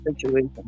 situation